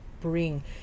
bring